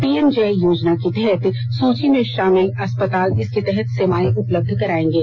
PM JAY योजना के तहत सूची में शामिल अस्पताल इसके तहत सेवाएं उपलब्ध कराएंगे